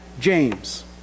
James